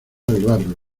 arreglarlo